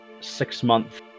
six-month